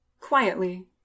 quietly